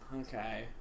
Okay